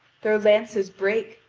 their lances break,